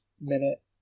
minute